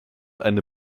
eine